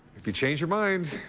if you change your mind,